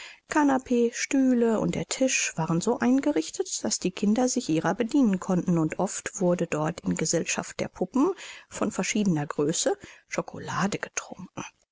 kanapee stühle und der tisch waren so eingerichtet daß die kinder sich ihrer bedienen konnten und oft wurde dort in gesellschaft der puppen von verschiedener größe chocolade getrunken